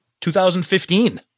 2015